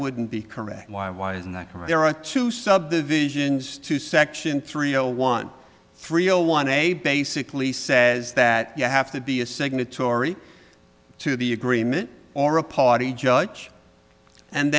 wouldn't be correct why why isn't that there are two subdivisions to section three zero one three zero one a basically says that you have to be a signatory to the agreement or a party judge and